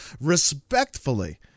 respectfully